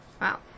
Wow